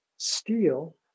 steel